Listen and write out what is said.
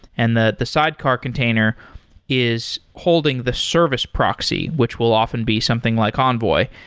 and the the sidecar container is holding the service proxy, which will often be something like envoy.